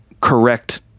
correct